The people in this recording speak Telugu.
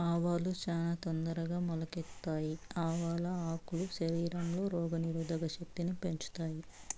ఆవాలు చానా తొందరగా మొలకెత్తుతాయి, ఆవాల ఆకులు శరీరంలో రోగ నిరోధక శక్తిని పెంచుతాయి